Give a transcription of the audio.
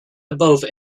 above